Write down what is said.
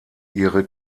ihre